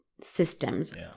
systems